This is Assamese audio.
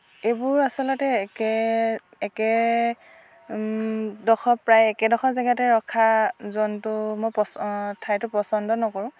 এইবোৰ আচলতে একে একে ডোখৰ প্ৰায় একেডোখৰ জাগাতে ৰখা জন্তু মই পচ অঁ ঠাইটো পচন্দ নকৰোঁ